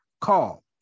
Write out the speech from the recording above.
call